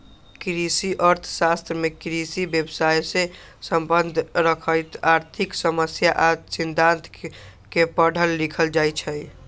कृषि अर्थ शास्त्र में कृषि व्यवसायसे सम्बन्ध रखैत आर्थिक समस्या आ सिद्धांत के पढ़ल लिखल जाइ छइ